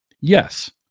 Yes